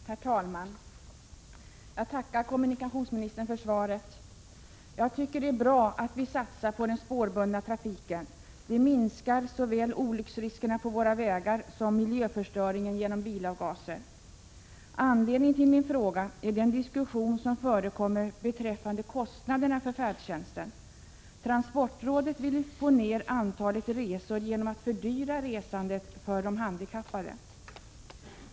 Herr talman! Jag tackar kommunikationsministern för svaret. Det är bra att vi satsar på den spårbundna trafiken, eftersom detta minskar såväl olycksriskerna på våra vägar som miljöförstöringen till följd av bilavgaser. Anledningen till min fråga är den diskussion som förekommer beträffande kostnaderna för färdtjänsten. Transportrådet vill få ned antalet resor genom att fördyra resandet för de handikappade.